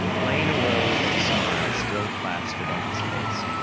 blane arose, with a smile still plastered on his face.